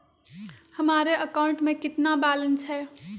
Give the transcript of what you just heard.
हमारे अकाउंट में कितना बैलेंस है?